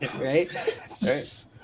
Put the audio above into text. right